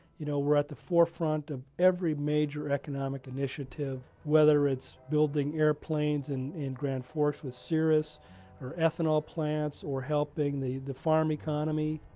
you know we're at the forefront of every major economic initiative, whether it's building airplanes and in grand forks with cirrus or ethanol plants or helping the the farm economy.